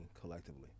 collectively